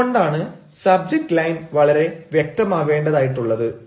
അതു കൊണ്ടാണ് subject line വളരെ വ്യക്തമാവേണ്ടതായിട്ടുള്ളത്